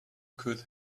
could